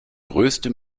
größte